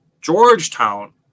Georgetown